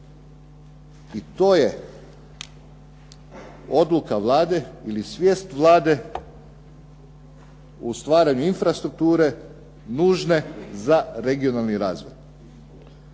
i to j odluka Vlade, ili svijest Vlade o stvaranju infrastrukture nužne za regionalni razvoj.